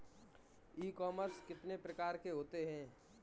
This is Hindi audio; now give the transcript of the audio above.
ई कॉमर्स कितने प्रकार के होते हैं?